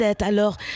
Alors